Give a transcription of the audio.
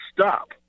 stop